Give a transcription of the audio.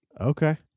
Okay